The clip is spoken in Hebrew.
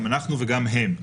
גם אנחנו וגם הם.